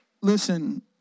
listen